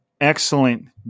excellent